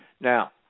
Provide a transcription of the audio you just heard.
Now